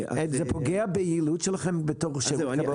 זה פוגע ביעילות שלכם בתור שירות כבאות?